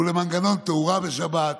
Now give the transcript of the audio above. מנגנון תאורה בשבת.